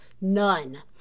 none